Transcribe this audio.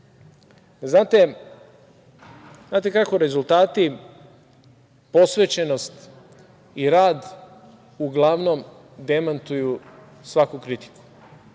kako, rezultati, posvećenost i rad uglavnom demantuju svaku kritiku.